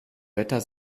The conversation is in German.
wetter